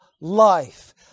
life